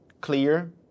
clear